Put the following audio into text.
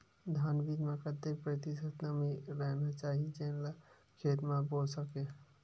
धान बीज म कतेक प्रतिशत नमी रहना चाही जेन ला खेत म बो सके?